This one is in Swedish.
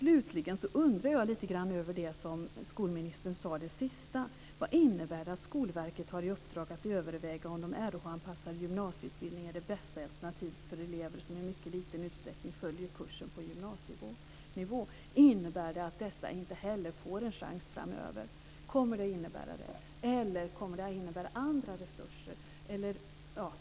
Slutligen undrar jag lite grann över en annan sak som skolministern sade. Vad innebär det att Skolverket har i uppdrag att överväga om de Rh-anpassade gymnasieutbildningarna är det bästa alternativet för elever som i mycket liten utsträckning följer kursen på gymnasienivå? Innebär det att dessa elever inte heller får en chans framöver? Eller kommer det att innebära att andra resurser sätts in?